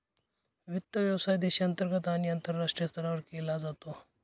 वित्त व्यवसाय देशांतर्गत आणि आंतरराष्ट्रीय स्तरावर केला जातो